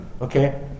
Okay